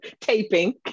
taping